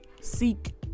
seek